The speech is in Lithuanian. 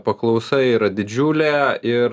paklausa yra didžiulė ir